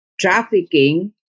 trafficking